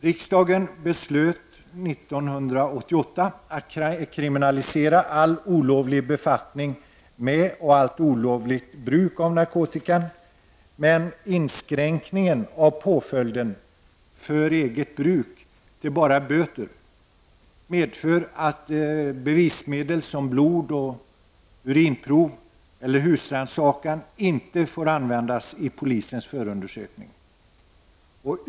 Riksdagen beslöt 1988 att kriminalisera all olovlig befattning med och allt olovligt bruk av narkotika, men inskränkningen av påföljden ”för eget bruk” till bara böter medför att bevismedel som blodoch urinprov eller husrannsakan inte får användas i polisens förundersökning.